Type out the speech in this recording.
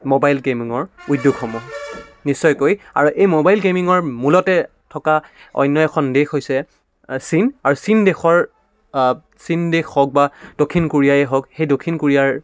mobile গেমিঙৰ উদ্যোগসমূহ নিশ্চয়কৈ আৰু এই মোবাইল গেমিঙৰ মূলতে থকা অন্য এখন দেশ হৈছে চীন আৰু চীন দেশৰ চীন দেশ হওক বা দক্ষিণ কোৰিয়াই হওক সেই দক্ষিণ কোৰিয়াৰ